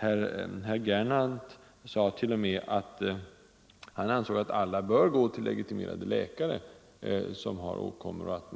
Herr Gernandt sade t.o.m. att han anser att alla som har åkommor skall gå till legitimerad läkare, och